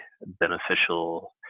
beneficial